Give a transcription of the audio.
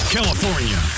California